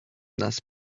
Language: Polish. nas